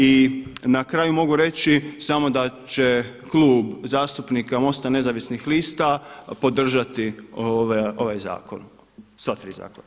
I na kraju mogu reći samo da će Klub zastupnika MOST-a Nezavisnih lista podržati ovaj zakon sva tri zakona.